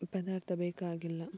ಪದಾರ್ಥ ಬೇಕಾಗಿಲ್ಲ